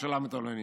על שולמית אלוני.